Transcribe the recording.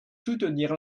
soutenir